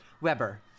Weber